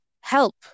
help